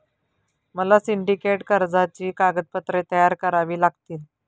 मला सिंडिकेट कर्जाची कागदपत्रे तयार करावी लागतील